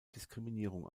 diskriminierung